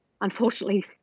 unfortunately